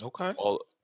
okay